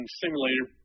simulator